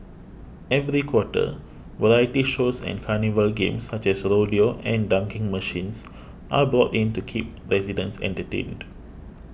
every quarter variety shows and carnival games such as rodeo and dunking machines are brought in to keep residents entertained